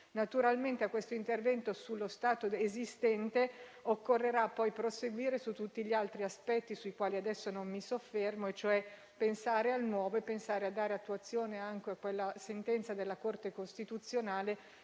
Naturalmente dopo questo intervento sullo stato esistente occorrerà proseguire su tutti gli altri aspetti, sui quali adesso non mi soffermo, pensando al nuovo e a dare attuazione anche alla sentenza della Corte costituzionale